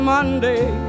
Monday